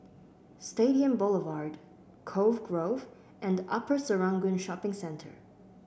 Stadium Boulevard Cove Grove and Upper Serangoon Shopping Centre